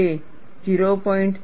તે 0